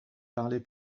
parlez